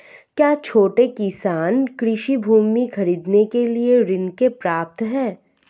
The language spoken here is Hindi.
क्या छोटे किसान कृषि भूमि खरीदने के लिए ऋण के पात्र हैं?